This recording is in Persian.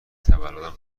تولدم